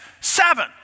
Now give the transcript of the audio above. seven